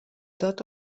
tot